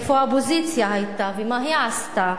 איפה האופוזיציה היתה ומה היא עשתה?